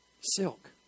Silk